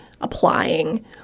applying